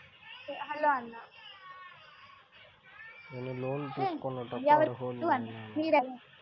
నేను లోన్ తీసుకొనుటకు అర్హుడనేన?